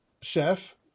Chef